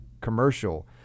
commercial